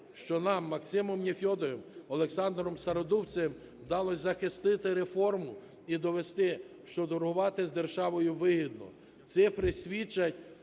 що нам з Максимом Нефьодовим, Олександром Стародубцевим вдалося захистити реформу і довести, що торгувати з державою вигідно.